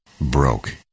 broke